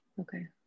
Okay